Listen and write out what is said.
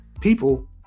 people